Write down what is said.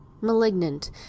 malignant